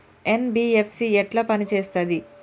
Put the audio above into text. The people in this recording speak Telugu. ఎన్.బి.ఎఫ్.సి ఎట్ల పని చేత్తది?